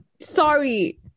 Sorry